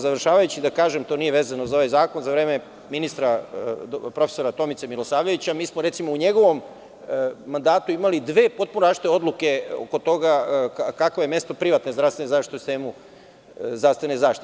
Završavajući da kažem, to nije vezano za ovaj zakon, za vreme ministra prof. Tomice Milosavljevića, mi smo u njegovom mandatu imali dve potpuno različite odluke oko toga kakvo je mesto privatne zdravstvene zaštite u sistemu zdravstvene zaštite.